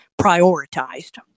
prioritized